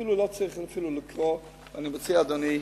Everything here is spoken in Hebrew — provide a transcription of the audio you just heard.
אפילו לא צריך לקרוא, אני מציע, אדוני,